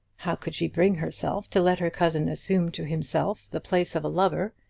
how could she bring herself to let her cousin assume to himself the place of a lover,